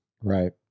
Right